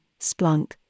Splunk